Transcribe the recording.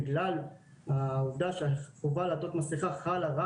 בגלל העובדה שהחובה לעטות מסכה חלה רק